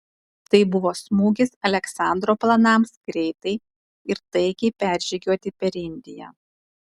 tai buvo smūgis aleksandro planams greitai ir taikiai peržygiuoti per indiją